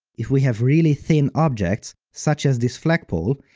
if we have really thin objects, such as this flagpole,